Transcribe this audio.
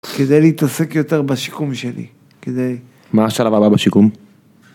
כדי להתעסק יותר בשיקום שלי, כדי... מה השלב הבא בשיקום?